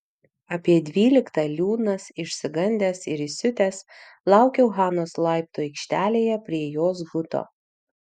apie dvyliktą liūdnas išsigandęs ir įsiutęs laukiau hanos laiptų aikštelėje prie jos buto